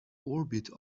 orbit